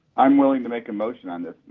i'm willing to make a motion on this